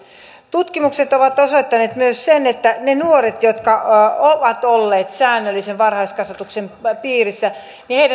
tutkimukset ovat osoittaneet myös sen että niiden nuorten jotka ovat olleet säännöllisen varhaiskasvatuksen piirissä